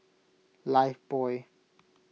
Lifebuoy